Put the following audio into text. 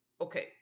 Okay